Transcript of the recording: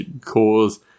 cause